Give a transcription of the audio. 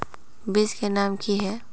बीज के नाम की है?